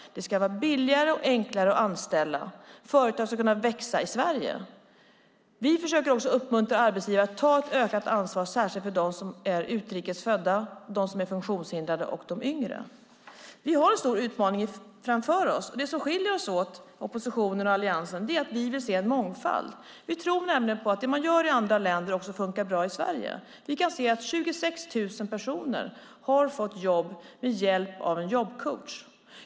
Det ska vara billigare och enklare att anställa. Företag ska kunna växa i Sverige. Vi försöker också uppmuntra arbetsgivare att ta ett ökat ansvar särskilt för de utrikes födda, de som är funktionshindrade och de yngre. Vi har en stor utmaning framför oss. Det som skiljer oppositionen och Alliansen åt är att vi vill se en mångfald. Vi tror nämligen på att det man gör i andra länder också funkar bra i Sverige. Vi kan se att 26 000 personer har fått jobb med hjälp av en jobbcoach.